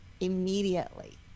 immediately